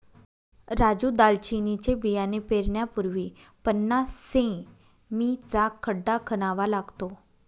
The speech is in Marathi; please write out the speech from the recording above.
राजू दालचिनीचे बियाणे पेरण्यापूर्वी पन्नास सें.मी चा खड्डा खणावा लागतो